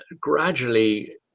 gradually